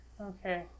okay